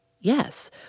Yes